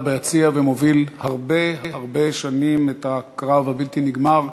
ביציע ומוביל הרבה הרבה שנים את הקרב הבלתי-נגמר,